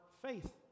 faith